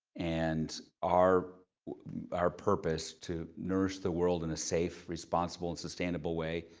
and our our purpose, to nourish the world in a safe, responsible, and sustainable way,